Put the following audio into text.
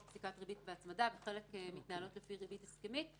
פסיקת ריבית והצמדה וחלק מתנהלות לפי ריבית הסכמית.